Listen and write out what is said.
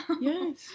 Yes